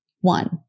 One